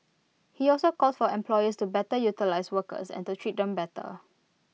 he also called for employees to better utilise workers and to treat them better